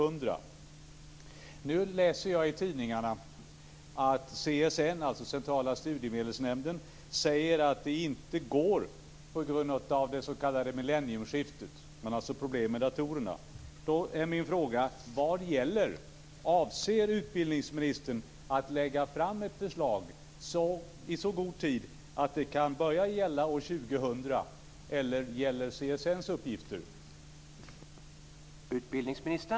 Nu har jag läst i tidningarna att man på CSN, Centrala studiestödsnämnden, säger att detta inte är möjligt på grund av det s.k. millenniumskiftet. Man har alltså problem med datorerna. Min fråga är: Vad gäller? Avser utbildningsministern att lägga fram ett förslag i så god tid att det kan börja gälla år 2000, eller gäller CSN:s uppgifter?